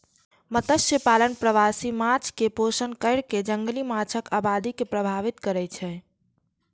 मत्स्यपालन प्रवासी माछ कें पोषण कैर कें जंगली माछक आबादी के प्रभावित करै छै